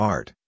Art